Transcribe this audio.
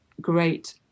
great